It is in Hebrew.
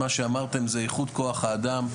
מה שאמרתם זה איכות כוח האדם,